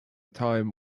time